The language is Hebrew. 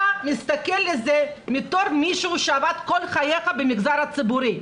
אתה מסתכל על זה בתור מישהו שעבד כל חייו במגזר הציבורי,